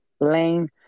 Lane